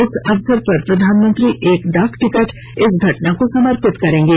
इस अवसर पर प्रधानमंत्री एक डाक टिकट इस घटना को समर्पित करेंगे